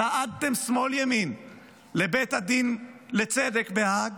צעדתם שמאל-ימין לבית הדין לצדק בהאג